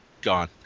gone